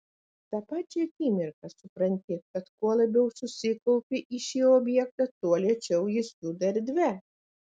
tą pačią akimirką supranti kad kuo labiau susikaupi į šį objektą tuo lėčiau jis juda erdve